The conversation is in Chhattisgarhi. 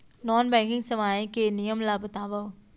नॉन बैंकिंग सेवाएं के नियम ला बतावव?